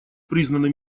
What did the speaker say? признаны